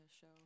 show